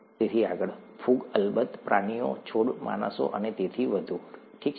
તેથી આગળ ફૂગ અલબત્ત પ્રાણીઓ છોડ માણસો અને તેથી વધુ ઠીક છે